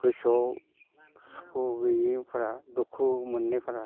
गोसोआव सुखु गैयैफोरा दुखु मोननैफोरा